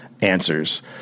answers